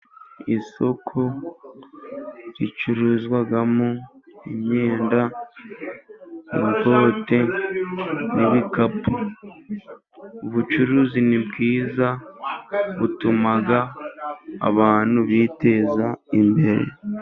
Isoko ricururizwamo imyenda, amakote n'ibikapu, ubucuruzi ni bwiza butuma abantu biteza imbere.